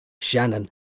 Shannon